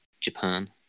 Japan